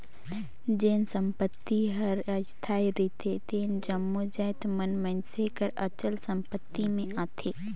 जेन संपत्ति हर अस्थाई रिथे तेन जम्मो जाएत मन मइनसे कर अचल संपत्ति में आथें